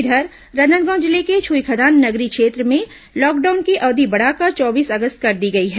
इधर राजनांदगांव जिले के छुईखदान नगरीय क्षेत्र में लॉकडाउन की अवधि बढ़ाकर चौबीस अगस्त कर दी गई है